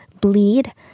bleed